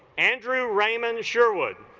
andrew raymond sherwood